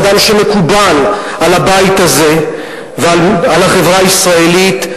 אדם שמקובל על הבית הזה ועל החברה הישראלית,